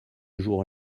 jour